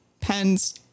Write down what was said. pens